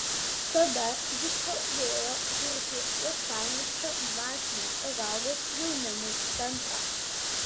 tada jis padėjo kurti uostamiesčio dvasinės pagalbos jaunimui centrą